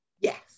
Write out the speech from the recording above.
Yes